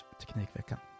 teknikveckan